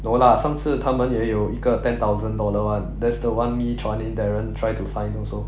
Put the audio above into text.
no lah 上次他们也有一个 ten thousand dollar [one] that's the one me chuan yin darren try to find also